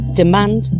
demand